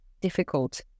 difficult